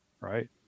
right